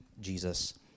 jesus